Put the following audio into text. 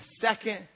second